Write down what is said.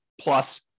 plus